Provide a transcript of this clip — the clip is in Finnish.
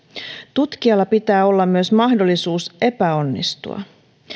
tutkijalla pitää olla myös mahdollisuus epäonnistua